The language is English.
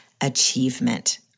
achievement